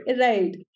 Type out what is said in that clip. right